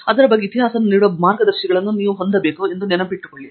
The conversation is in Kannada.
ಅದರ ಬಗ್ಗೆ ಇತಿಹಾಸವನ್ನು ನೀಡುವ ಮಾರ್ಗದರ್ಶಿಗಳನ್ನು ನೀವು ಹೊಂದಿದ್ದೀರಿ ಎಂದು ನೆನಪಿ ಟ್ಟುಕೊಳ್ಳಿ